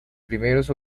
primeros